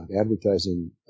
advertising